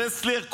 ברסלר,